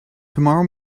tomorrow